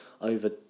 over